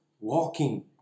walking